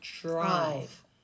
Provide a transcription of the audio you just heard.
drive